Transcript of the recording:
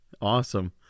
Awesome